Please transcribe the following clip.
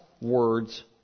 words